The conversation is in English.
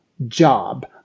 job